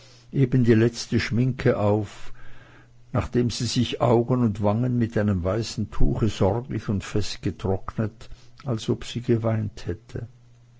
eben die letzte schminke auf nachdem sie sich augen und wangen mit einem weißen tuche sorglich und fest getrocknet als ob sie geweint hätte